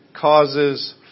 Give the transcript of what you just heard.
causes